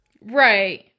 Right